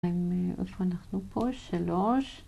איפה אנחנו פה? שלוש